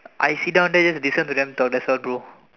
I sit down there just to listen to them talk that's all bro